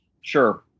Sure